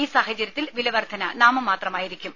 ഈ സാഹചര്യത്തിൽ വില വർദ്ധന നാമമാത്രമായിരിക്കും